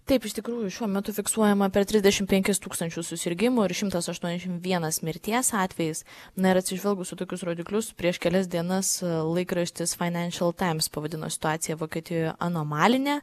taip iš tikrųjų šiuo metu fiksuojama per trisdešimt penkis tūkstančius susirgimų ir šimtas aštuoniasdešimt vienas mirties atvejis na ir atsižvelgus į tokius rodiklius prieš kelias dienas laikraštis financial times pavadino situaciją vokietijoje anomaline